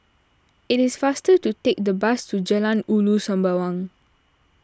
it is faster to take the bus to Jalan Ulu Sembawang